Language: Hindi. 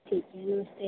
ठीक जी नमस्ते